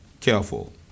careful